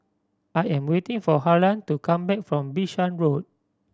I am waiting for Harlan to come back from Bishan Road